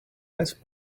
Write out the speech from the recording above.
ice